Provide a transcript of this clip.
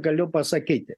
galiu pasakyti